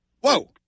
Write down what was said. Whoa